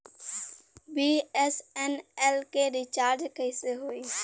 BSNL के recharge कैसे होयी?